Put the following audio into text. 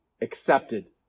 accepted